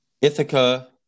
Ithaca